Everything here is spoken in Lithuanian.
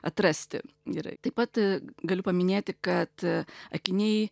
atrasti gerai taip pat galiu paminėti kad akiniai